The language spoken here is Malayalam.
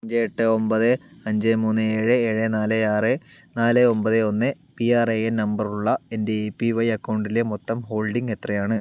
അഞ്ച് എട്ട് ഒമ്പത് അഞ്ച് മൂന്ന് ഏഴ് ഏഴ് നാല് ആറ് നാല് ഒമ്പത് ഒന്ന് പി ആർ എ എൻ നമ്പറുള്ള എൻ്റെ എ പി വൈ അക്കൗണ്ടിലെ മൊത്തം ഹോൾഡിംഗ് എത്രയാണ്